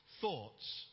thoughts